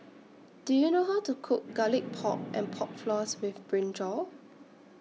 Do YOU know How to Cook Garlic Pork and Pork Floss with Brinjal